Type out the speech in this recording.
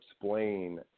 explain